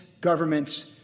governments